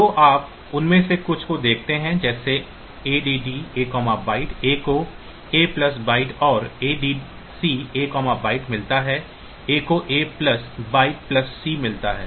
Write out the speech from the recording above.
तो आप उनमें से कुछ को देखेंगे जैसे ADD A Byte A को a प्लस byte और ADC AByte मिलता है A को A प्लस बाइट प्लस C मिलता है